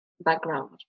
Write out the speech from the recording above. background